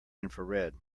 infrared